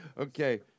Okay